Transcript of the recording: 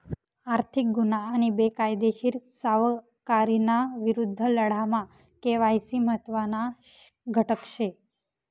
आर्थिक गुन्हा आणि बेकायदेशीर सावकारीना विरुद्ध लढामा के.वाय.सी महत्त्वना घटक शे